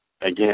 Again